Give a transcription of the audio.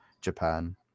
Japan